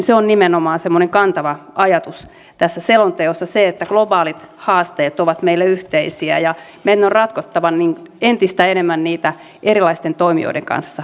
se on nimenomaan semmoinen kantava ajatus tässä selonteossa että globaalit haasteet ovat meille yhteisiä ja meidän on ratkottava entistä enemmän niitä erilaisten toimijoiden kanssa yhteistyössä